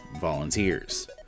volunteers